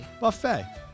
Buffet